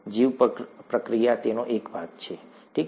જીવપ્રક્રિયા તેનો એક નાનો ભાગ છે ઠીક છે